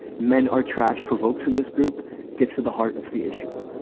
men are trash provokes in this group gets to the heart of the issue.